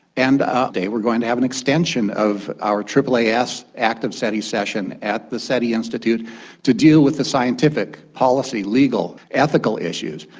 and ah we are going to have an extension of our aaas active seti session at the seti institute to deal with the scientific, policy, legal, ethical issues.